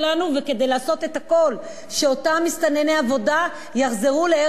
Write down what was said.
ולעשות את הכול כדי שאותם מסתנני עבודה יחזרו לארץ מוצאם,